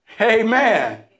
Amen